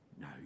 no